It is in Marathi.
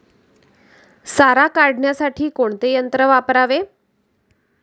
सारा काढण्यासाठी कोणते यंत्र वापरावे?